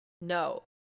no